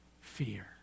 fear